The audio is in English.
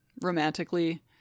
romantically